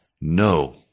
no